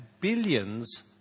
billions